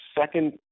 second